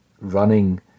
running